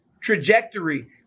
trajectory